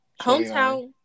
hometown